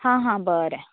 हां हां बरें